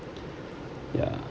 yeah